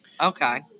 Okay